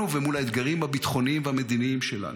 ומול האתגרים הביטחוניים והמדיניים שלנו.